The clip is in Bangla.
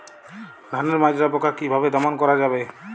ধানের মাজরা পোকা কি ভাবে দমন করা যাবে?